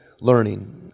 learning